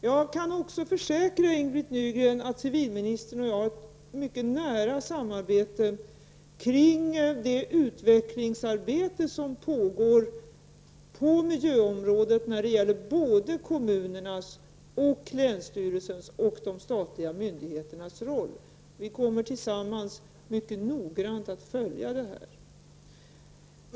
Jag kan också försäkra Ing-Britt Nygren att civilministern och jag samarbetar mycket nära i det utvecklingsarbete som pågår på miljöområdet, både när det gäller kommunernas, länsstyrelsernas och de statliga myndigheternas roll. Vi kommer tillsammans mycket noggrant att följa detta.